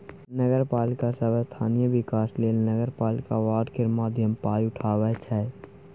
नगरपालिका सब स्थानीय बिकास लेल नगरपालिका बॉड केर माध्यमे पाइ उठाबै छै